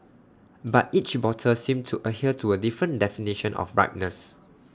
but each bottle seemed to adhere to A different definition of ripeness